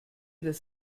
das